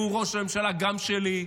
והוא ראש ממשלה גם שלי,